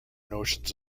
notions